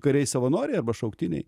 kariai savanoriai arba šauktiniai